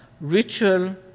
ritual